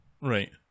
Right